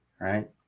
right